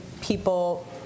people